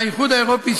והאיחוד האירופי,